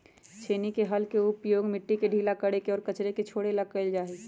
छेनी के हल के उपयोग मिट्टी के ढीला करे और कचरे के ऊपर छोड़े ला कइल जा हई